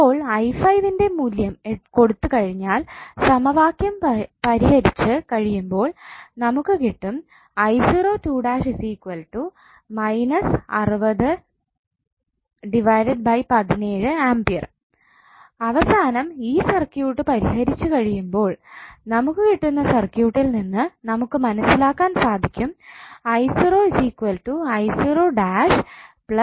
അപ്പോൾ 𝑖5 ന്റെ മൂല്യം കൊടുത്തുകഴിഞ്ഞാൽ സമവാക്യം പരിഹരിച്ച് കഴിയുമ്പോൾ നമുക്ക് കിട്ടും 𝑖0′′ − 60 𝐴 17 അവസാനം ഈ സർക്യൂട്ട് പരിഹരിച്ചു കഴിയുമ്പോൾ നമുക്ക് കിട്ടുന്ന സർക്യൂട്ടിൽ നിന്ന് നമുക്ക് മനസ്സിലാക്കാൻ സാധിക്കും 𝑖0 𝑖0 ′ 𝑖0 ′′